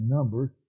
Numbers